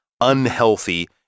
unhealthy